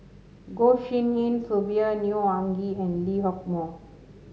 Goh Tshin En Sylvia Neo Anngee and Lee Hock Moh